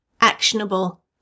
actionable